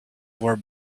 were